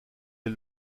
est